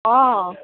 অঁ